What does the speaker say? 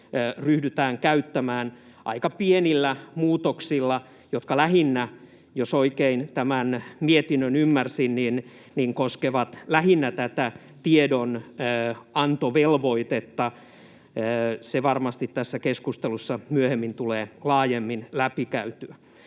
ryhdytään käyttämään aika pienillä muutoksilla, jotka koskevat, jos oikein tämän mietinnön ymmärsin, lähinnä tätä tiedonantovelvoitetta. Se varmasti tässä keskustelussa myöhemmin tulee laajemmin läpikäytyä.